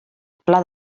pla